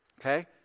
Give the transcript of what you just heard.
Okay